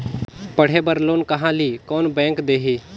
पढ़े बर लोन कहा ली? कोन बैंक देही?